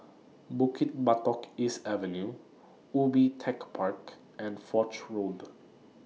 Bukit Batok East Avenue Ubi Tech Park and Foch Road